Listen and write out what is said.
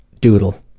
Doodle